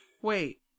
Wait